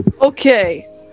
Okay